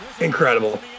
Incredible